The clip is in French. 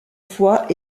fois